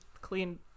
clean